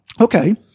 Okay